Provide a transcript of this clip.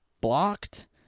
blocked